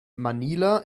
manila